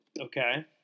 Okay